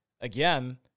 again